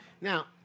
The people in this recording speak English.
Now